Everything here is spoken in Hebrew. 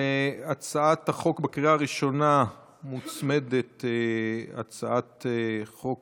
להצעת החוק בקריאה ראשונה מוצמדת הצעת חוק